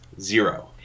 Zero